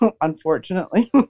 unfortunately